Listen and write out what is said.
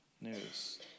news